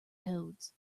toads